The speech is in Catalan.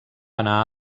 anar